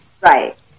Right